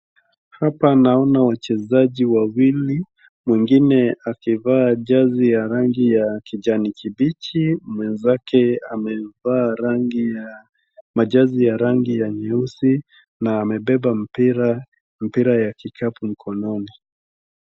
Hapa naona wachezaji wawili mwingine akivaa jazi ya rangi ya kijani kibichi mwenzake amevaa rangi ya jazi ya rangi ya nyeusi na amebeba mpira ,mpira ya kikapu mkononi.